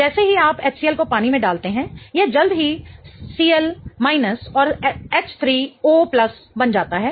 जैसे ही आप HCl को पानी में डालते हैं यह जल्द ही Cl और H3O बन जाता है